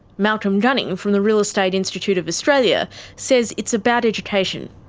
malcolm gunning from the real estate institute of australia says it's about education.